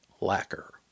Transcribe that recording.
lacquer